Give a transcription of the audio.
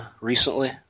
recently